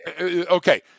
Okay